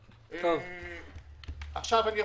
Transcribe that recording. לא, לא, הבנו.